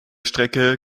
strecke